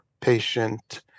patient